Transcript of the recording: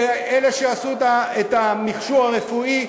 שעשו אלה שעשו את המכשור הרפואי.